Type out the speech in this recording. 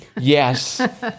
Yes